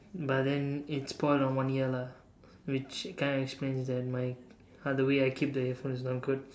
but then it spoiled on one year lah which kind of explains my how the way I keep the earphones is no good